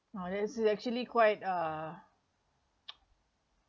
uh that is actually quite uh